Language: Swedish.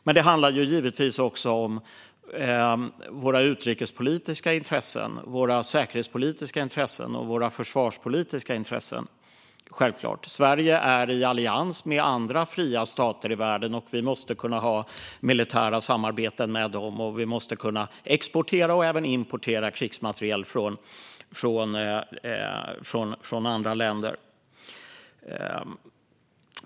Givetvis handlar det också om våra utrikespolitiska, säkerhetspolitiska och försvarspolitiska intressen. Sverige är i allians med andra fria stater i världen, och vi måste kunna ha militära samarbeten med dem och kunna exportera och importera krigsmateriel från andra länder.